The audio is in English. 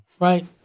Right